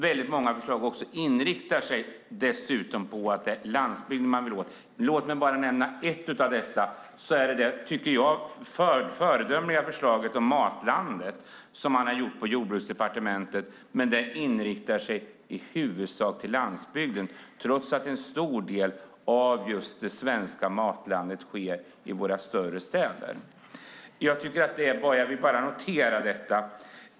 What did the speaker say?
Väldigt många förslag inriktar sig också på att det är landsbygden man vill åt. Låt mig bara nämna ett. Det är det föredömliga förslaget Matlandet som man har gjort på Jordbruksdepartementet. Det inriktar i huvudsak till landsbygden, trots att en stor del av det svenska matlandet sker i våra större städer. Jag vill bara notera detta.